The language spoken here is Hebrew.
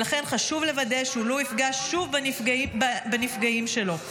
ולכן חשוב לוודא שהוא לא יפגע שוב בנפגעים שלו.